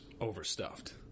overstuffed